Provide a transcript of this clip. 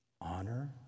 honor